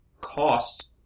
cost